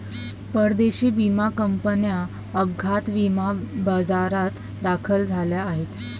परदेशी विमा कंपन्या अपघात विमा बाजारात दाखल झाल्या आहेत